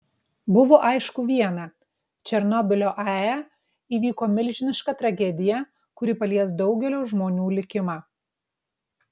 buvo aišku viena černobylio ae įvyko milžiniška tragedija kuri palies daugelio žmonių likimą